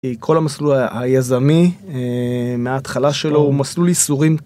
כל המסלול היזמי מההתחלה שלו הוא מסלול איסורים.